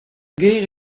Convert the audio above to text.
gêr